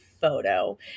photo